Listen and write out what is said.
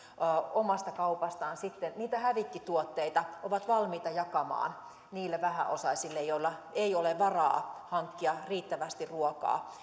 omasta kaupastaan sitten niitä hävikkituotteita ovat valmiita jakamaan niille vähäosaisille joilla ei ole varaa hankkia riittävästi ruokaa